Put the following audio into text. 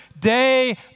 day